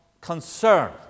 concern